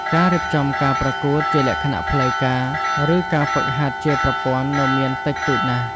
ការរៀបចំការប្រកួតជាលក្ខណៈផ្លូវការ ឬការហ្វឹកហាត់ជាប្រព័ន្ធនៅមានតិចតួចណាស់។